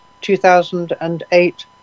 2008